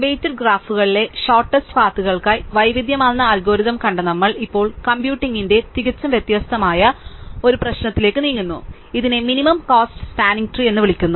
weighted graph കളിലെ shortest path കൾക്കായി വൈവിധ്യമാർന്ന അൽഗോരിതം കണ്ട നമ്മൾ ഇപ്പോൾ കമ്പ്യൂട്ടിംഗിന്റെ തികച്ചും വ്യത്യസ്തമായ ഒരു പ്രശ്നത്തിലേക്ക് നീങ്ങുന്നു ഇതിനെ മിനിമം കോസ്റ്റ് സ്പാനിംഗ് ട്രീ എന്ന് വിളിക്കുന്നു